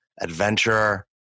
adventurer